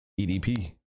EDP